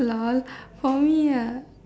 lol for me ah